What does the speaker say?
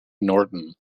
norton